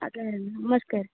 ଆଜ୍ଞା ସାର୍ ନମସ୍କାର